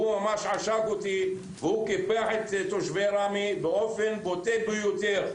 הוא ממש עשק אותי וקיפח את תושבי ראמה באופן בוטה ביותר.